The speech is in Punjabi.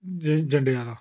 ਜੇ ਜੰਡਿਆਲਾ